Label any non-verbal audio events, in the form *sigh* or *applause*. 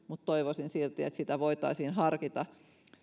*unintelligible* mutta toivoisin silti että sitä voitaisiin harkita